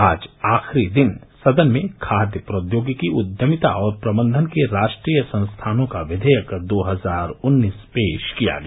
आज आखिरी दिन सदन में खाद्य प्रौद्योगिकी उद्यमिता और प्रबंधन के राष्ट्रीय संस्थानों का विधेयक दो हजार उन्नीस पेश किया गया